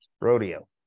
rodeo